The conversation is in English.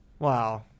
Wow